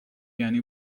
یعنی